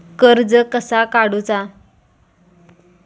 कर्ज कसा काडूचा?